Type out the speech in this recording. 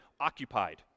occupied